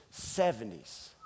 70s